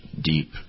deep